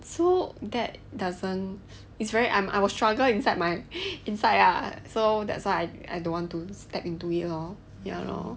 so that doesn't it's very I'm I will struggle inside my inside ah so that's why I don't want to step into it lor ya lor